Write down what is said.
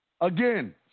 Again